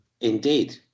Indeed